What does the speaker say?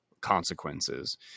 consequences